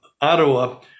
Ottawa